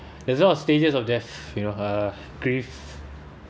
there's a lot of stages of death you know uh grief